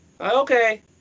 Okay